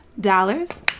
Dollars